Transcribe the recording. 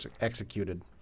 executed